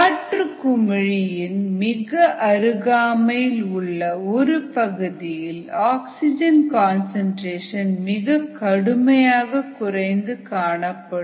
காற்றுக் குமிழி இன் மிக அருகாமையில் உள்ள ஒருபகுதியில் ஆக்சிஜன் கன்சன்ட்ரேஷன் மிகக்கடுமையாக குறைந்து காணப்படும்